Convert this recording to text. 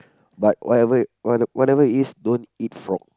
but whatever w~ whatever it is don't eat frog